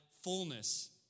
fullness